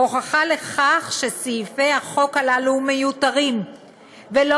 הוכחה לכך שסעיפי החוק הללו מיותרים ולא